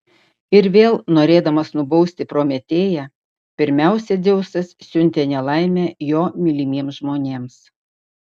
ir vėl norėdamas nubausti prometėją pirmiausia dzeusas siuntė nelaimę jo mylimiems žmonėms